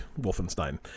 Wolfenstein